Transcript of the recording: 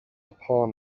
upon